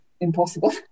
impossible